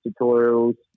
tutorials